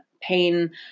pain